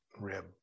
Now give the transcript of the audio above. rib